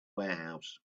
warehouse